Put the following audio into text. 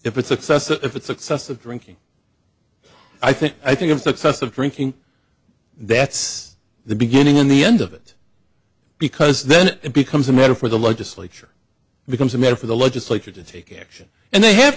if it's success if it's excessive drinking i think i think of success of drinking that's the beginning in the end of it because then it becomes a matter for the legislature becomes a matter for the legislature to take and they have